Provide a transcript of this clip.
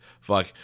fuck